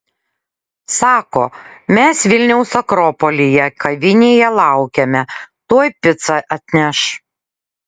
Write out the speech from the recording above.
sako mes vilniaus akropolyje kavinėje laukiame tuoj picą atneš